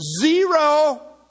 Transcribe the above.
Zero